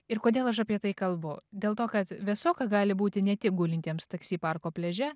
ir kodėl aš apie tai kalbu dėl to kad vėsoka gali būti ne tik gulintiems taksi parko pliaže